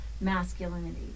masculinity